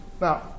Now